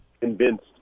convinced